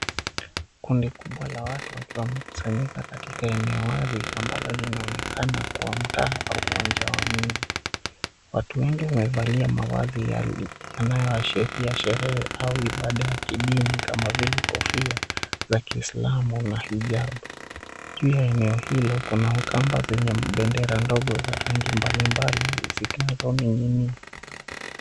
Kundi kubwa la watu wakiwa wamekusanyika katika eneo wazi ambalo linaonekana kuwa mtaa au uwanja wa mji. Watu wengi wamevalia mavazi yanayoashiria sherehe au ibada ya kidini kama vile kofia za Kiislamu na hijabu. Juu ya eneo hilo kuna kamba zenye bendera ndogo za rangi mbalimbali zinazoning'inia.